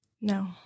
No